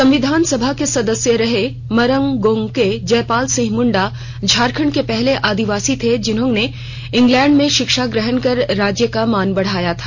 संविधान सभा के सदस्य रहे मरांग गोमके जयपाल सिंह मुंडा झारखण्ड के पहले आदिवासी थे जिन्होंने इंग्लैंड में शिक्षा ग्रहण कर राज्य का मान बढ़ाया था